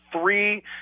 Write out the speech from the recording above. three